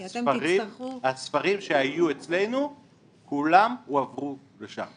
כי אתם תצטרכו --- הספרים שהיו אצלנו כולם הועברו לשם.